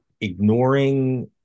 ignoring